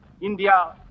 India